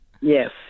Yes